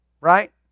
Right